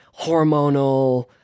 hormonal